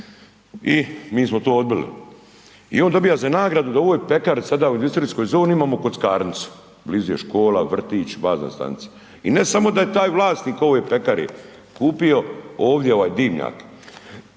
i mi smo to odbili. I on dobija za nagradu da u ovoj pekari, sada u industrijskoj zoni, imamo kockarnicu, blizu je škola, vrtić, bazna stanica. I ne samo da je taj vlasnik ove pekare, kupio ovdje ovaj dimnjak,